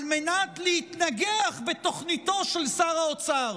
על מנת להתנגח בתוכניתו של שר האוצר.